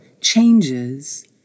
changes